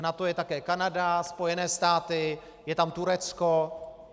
V NATO je také Kanada, Spojené státy, je tam Turecko.